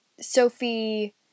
Sophie